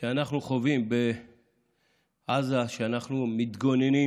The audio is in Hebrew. שאנחנו חווים בעזה, שאנחנו מתגוננים